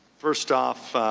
first off,